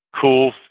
cool